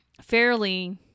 fairly